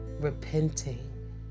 repenting